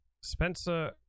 Spencer